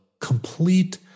complete